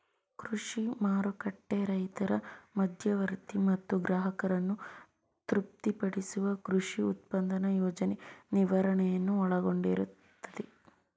ಕೃಷಿ ಮಾರುಕಟ್ಟೆ ರೈತರು ಮಧ್ಯವರ್ತಿ ಮತ್ತು ಗ್ರಾಹಕರನ್ನು ತೃಪ್ತಿಪಡಿಸುವ ಕೃಷಿ ಉತ್ಪನ್ನ ಯೋಜನೆ ನಿರ್ವಹಣೆನ ಒಳಗೊಂಡಿರ್ತದೆ